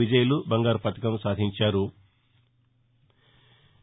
విజయ్లు బంగారు పతకం సాధించారు